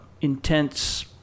intense